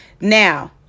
now